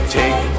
take